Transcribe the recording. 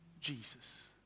Jesus